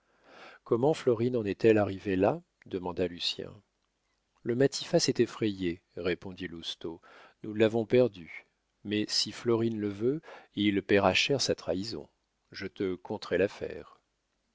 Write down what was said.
comment florine en est-elle arrivée là demanda lucien le matifat s'est effrayé répondit lousteau nous l'avons perdu mais si florine le veut il payera cher sa trahison je te conterai l'affaire